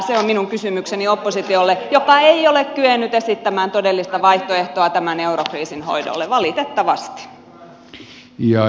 se on minun kysymykseni oppositiolle joka ei ole kyennyt esittämään todellista vaihtoehtoa tämän eurokriisin hoidolle valitettavasti